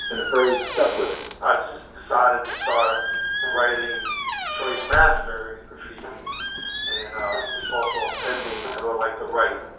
and the phrase stuck with him. i just decided to start writing choice master in graffiti and it's also a pen name cause and i like to write.